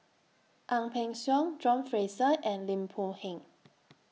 Ang Peng Siong John Fraser and Lim Boon Heng